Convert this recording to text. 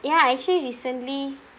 ya actually recently